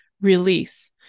release